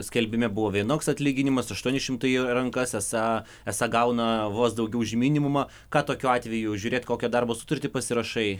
skelbime buvo vienoks atlyginimas aštuoni šimtai į rankas esą esą gauna vos daugiau už minimumą ką tokiu atveju žiūrėt kokią darbo sutartį pasirašai